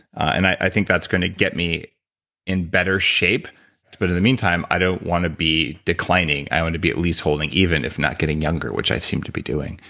and i think that's going to get me in better shape but in the meantime, i don't want to be declining. i want to be at least holding even if not getting younger, which i seem to be doing.